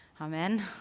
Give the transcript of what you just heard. Amen